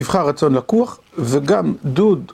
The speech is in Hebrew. נבחר רצון לקוח וגם דוד.